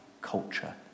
culture